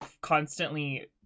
constantly